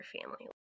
family